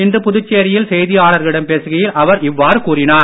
இன்று புதுச்சேரியில் செய்தியாளர்களிடம் பேசுகையில் அவர் இவ்வாறு கூறினார்